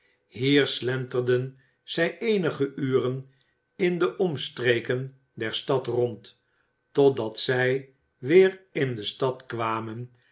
hier slenterden zij eenige uren in de omstreken der stad rond totdat zij weer in de stad kwamen